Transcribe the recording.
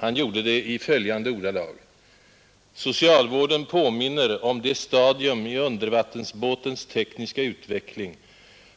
Han gjorde det i följande ordalag: ”Socialvården påminner mig om det stadium i u-båtens tekniska utveckling,